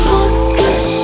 Focus